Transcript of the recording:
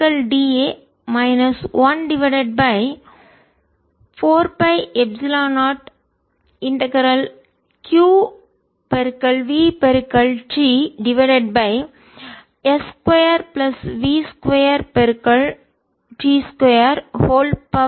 da q2ϵ0vtR2v2t232 1 இப்போதுஇந்த E d a minus 1 divided by 4 by epsilon 0 integral q v t divided by s 2 plus v 2t 2 32